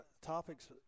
topics